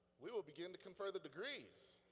we will begin to confer the degrees.